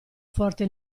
forte